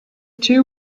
two